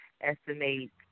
estimate